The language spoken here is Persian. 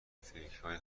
فکرهای